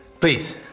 Please